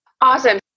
awesome